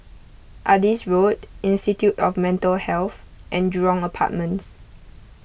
Adis Road Institute of Mental Health and Jurong Apartments